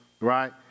right